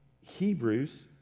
Hebrews